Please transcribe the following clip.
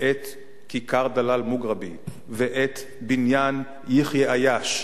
את כיכר דלאל מוגרבי ואת בניין יחיא עיאש,